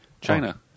China